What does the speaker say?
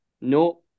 No